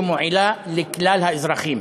שמועילה לכלל האזרחים.